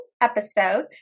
episode